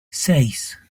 seis